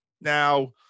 now